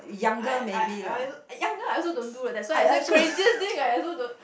I I uh young girl I also don't do that's why I say craziest thing I also don't